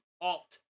Alt